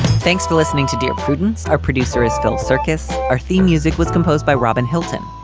thanks for listening to dear prudence. our producer is phil circus. our theme music was composed by robin hilton.